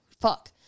fuck